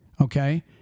Okay